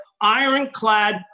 ironclad